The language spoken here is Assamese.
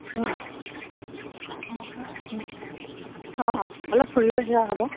অঁ অঁ অলপ ফুৰিও অহা হ'ব